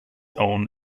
own